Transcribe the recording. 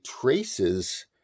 traces